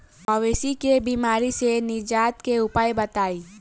मवेशी के बिमारी से निजात के उपाय बताई?